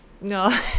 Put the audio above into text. No